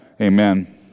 Amen